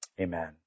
Amen